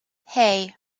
hey